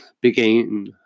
began